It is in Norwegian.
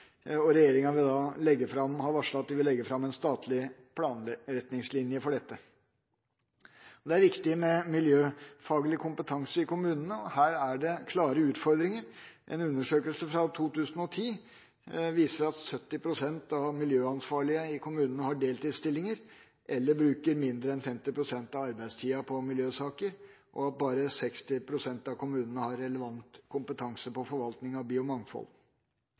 Regjeringa har varslet at den vil legge fram en statlig planretningslinje for dette. Det er viktig med miljøfaglig kompetanse i kommunene. Her er det klare utfordringer. En undersøkelse fra 2010 viser at 70 pst. av de miljøansvarlige i kommunene har deltidsstillinger eller bruker mindre enn 50 pst. av arbeidstiden på miljøsaker, og at bare 60 pst. av kommunene har relevant kompetanse på forvaltning av biomangfold.